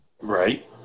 Right